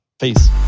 Peace